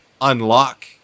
unlock